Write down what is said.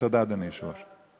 תודה, אדוני היושב-ראש.